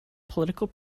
political